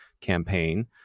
campaign